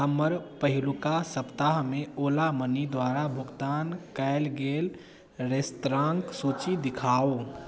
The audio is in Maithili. हमर पहिलुका सप्ताह मे ओला मनी द्वारा भुगतान कयल गेल रेस्तरांक सूची देखाउ